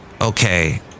Okay